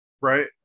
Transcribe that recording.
Right